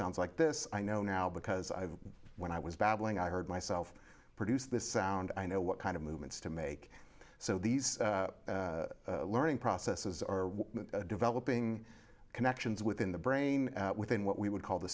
sounds like this i know now because i when i was babbling i heard myself produce this sound i know what kind of movements to make so these learning processes are developing connections within the brain within what we would call the